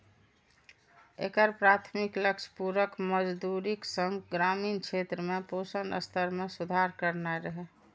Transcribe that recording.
एकर प्राथमिक लक्ष्य पूरक मजदूरीक संग ग्रामीण क्षेत्र में पोषण स्तर मे सुधार करनाय रहै